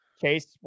Chase